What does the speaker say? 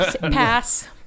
pass